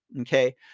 Okay